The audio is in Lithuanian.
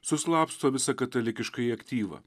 suslapsto visą katalikiškąjį aktyvą